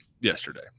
yesterday